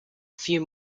few